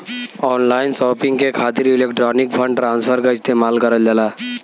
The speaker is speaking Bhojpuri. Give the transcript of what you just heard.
ऑनलाइन शॉपिंग के खातिर इलेक्ट्रॉनिक फण्ड ट्रांसफर क इस्तेमाल करल जाला